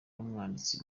n’umwanditsi